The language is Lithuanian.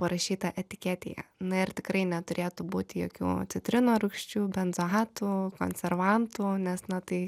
parašyta etiketėje na ir tikrai neturėtų būti jokių citrinų rūgščių benzoatų konservantų nes na tai